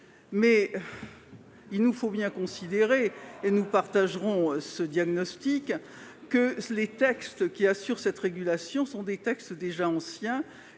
il nous faut bien constater- nous partageons ce diagnostic -que les textes qui assurent cette régulation sont déjà anciens